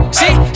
see